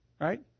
Right